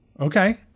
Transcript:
okay